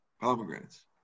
pomegranates